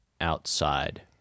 outside